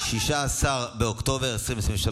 16 באוקטובר 2023,